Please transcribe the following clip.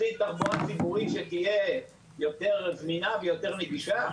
רוצים תחבורה ציבורית שתהיה יותר זמינה ויותר נגישה?